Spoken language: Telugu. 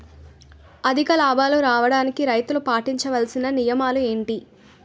అధిక లాభాలు రావడానికి రైతులు పాటించవలిసిన నియమాలు ఏంటి